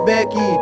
Becky